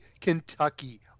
Kentucky